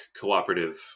cooperative